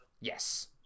Yes